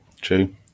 true